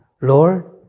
Lord